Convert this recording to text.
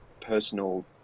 personal